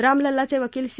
रामलल्लाचे वकील सी